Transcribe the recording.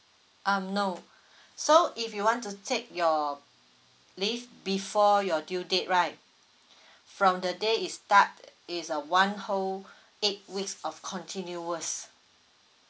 um no so if you want to take your leave before your due date right from the day it start it's a one whole eight weeks of continuous